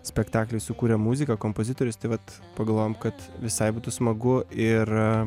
spektakliui sukuria muziką kompozitorius tai vat pagalvojom kad visai būtų smagu ir